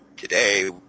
Today